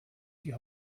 die